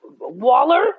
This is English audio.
Waller